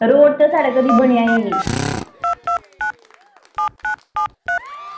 road ते कदें साढ़े बनेआ गै नेईं